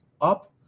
up